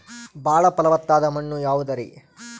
ಬಾಳ ಫಲವತ್ತಾದ ಮಣ್ಣು ಯಾವುದರಿ?